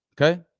Okay